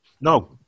No